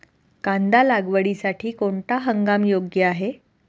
कांदा लागवडीसाठी कोणता हंगाम योग्य आहे?